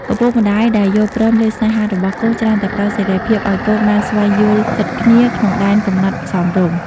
ឪពុកម្ដាយដែលយល់ព្រមលើស្នេហារបស់កូន ច្រើនតែផ្ដល់សេរីភាពឱ្យកូនបានស្វែងយល់ចិត្តគ្នា ក្នុងដែនកំណត់សមរម្យ។